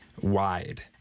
wide